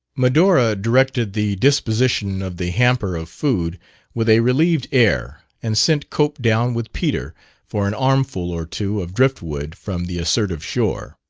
medora directed the disposition of the hamper of food with a relieved air and sent cope down with peter for an armful or two of driftwood from the assertive shore.